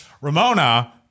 Ramona